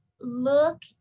look